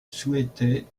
souhaitaient